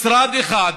משרד אחד,